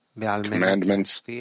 commandments